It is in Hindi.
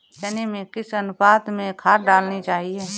चने में किस अनुपात में खाद डालनी चाहिए?